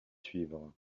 suivre